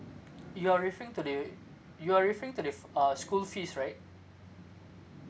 you're referring to the you are referring to the f~ uh school fees right